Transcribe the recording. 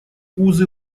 узы